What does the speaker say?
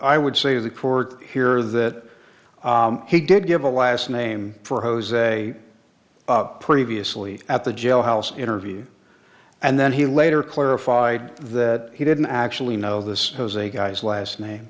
i would say the court here that he did give a last name for jose previously at the jailhouse interview and then he later clarified that he didn't actually know this was a guy's last name